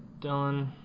dylan